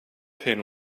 pin